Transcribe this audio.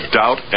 doubt